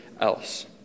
else